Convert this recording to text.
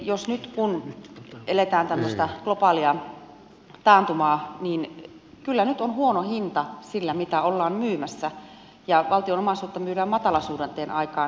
kun nyt eletään tällaista globaalia taantumaa niin kyllä nyt on huono hinta sillä mitä ollaan myymässä jos valtion omaisuutta myydään matalasuhdanteen aikaan